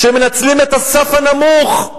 שמנצלים את הסף הנמוך,